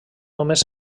només